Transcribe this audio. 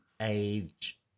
age